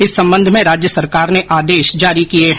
इस संबंध में राज्य सरकार ने आदेश जारी किए हैं